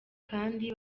kandi